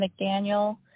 McDaniel